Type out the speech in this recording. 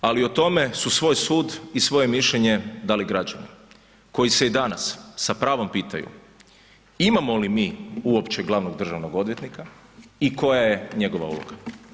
Ali o tome su svoj sud i svoje mišljenje dali građani koji se danas sa pravom pitaju imamo li mi uopće glavnog državnog odvjetnika i koja je njegova uloga?